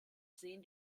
sehen